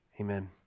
amen